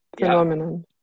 phenomenon